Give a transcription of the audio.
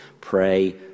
pray